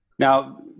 Now